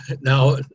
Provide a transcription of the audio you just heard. now